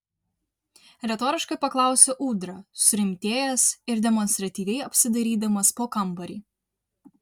retoriškai paklausė ūdra surimtėjęs ir demonstratyviai apsidairydamas po kambarį